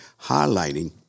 highlighting